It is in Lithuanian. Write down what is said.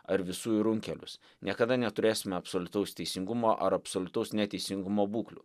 ar visų į runkelius niekada neturėsime absoliutaus teisingumo ar absoliutaus neteisingumo būklių